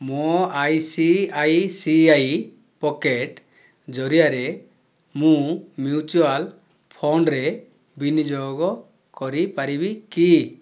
ମୋ I C I C I pocket ଜରିଆରେ ମୁଁ ମ୍ୟୁଚୁଆଲ୍ ଫଣ୍ଡରେ ବିନିଯୋଗ କରିପାରିବି କି